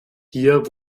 hier